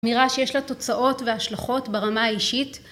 אמירה שיש לה תוצאות והשלכות ברמה האישית